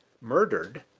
murdered